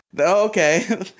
okay